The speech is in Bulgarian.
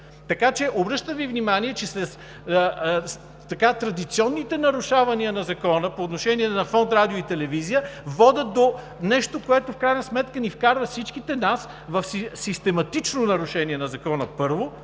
гласуваме. Обръщам Ви внимание, че традиционните нарушавания на Закона по отношение на Фонд „Радио и телевизия“ водят до нещо, което в крайна сметка вкарва всички нас в систематично нарушение на Закона, първо.